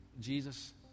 Jesus